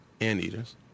anteaters